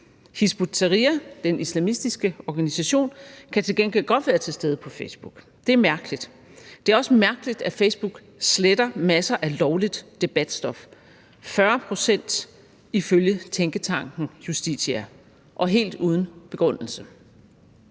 Hizb ut-Tahrir, den islamistiske organisation, kan til gengæld godt være til stede på Facebook. Det er mærkeligt. Det er også mærkeligt, at Facebook sletter masser af lovligt debatstof – 40 pct. ifølge tænketanken Justitia, og helt uden begrundelse.